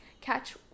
catch